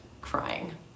crying